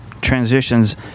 transitions